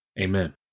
Amen